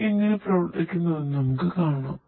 ഇത് എങ്ങനെ പ്രവർത്തിക്കുന്നുവെന്ന് നമുക്ക് കാണാം